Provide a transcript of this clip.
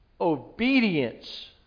obedience